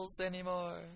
anymore